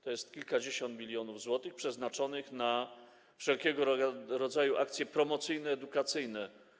To kilkadziesiąt milionów złotych przeznaczonych na wszelkiego rodzaju akcje promocyjne i edukacyjne.